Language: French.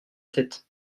tête